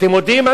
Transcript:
אתם יודעים?